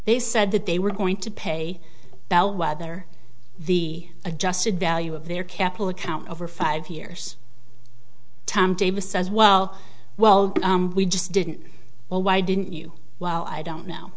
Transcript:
they said that they were going to pay about whether the adjusted value of their capital account over five years tom davis says well well we just didn't well why didn't you well i don't now